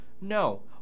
No